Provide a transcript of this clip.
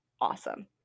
awesome